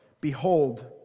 Behold